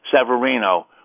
Severino